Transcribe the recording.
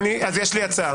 יש לי הצעה.